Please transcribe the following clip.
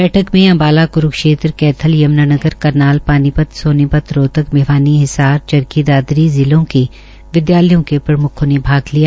बैठक मे अम्बाला क्रूक्षेत्र कैथल यमुनानगर करनाल पानीपत सोनीपत रोहतक भिवानी हिसार चरखी दादरी जिलों के विद्यालयों के प्रम्खों ने भाग लिया